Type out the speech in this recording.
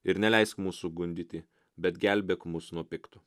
ir neleisk mūsų gundyti bet gelbėk mus nuo pikto